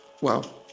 wow